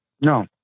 No